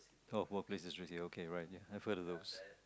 oh workplace okay right ya i've heard of those